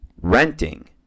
renting